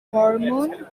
mormon